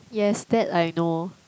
yes that I know